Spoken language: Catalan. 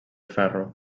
ferro